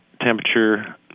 temperature